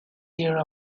era